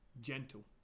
Gentle